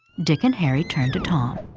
dick and harry turned to tom.